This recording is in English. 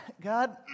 God